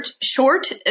short